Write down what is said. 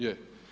Je.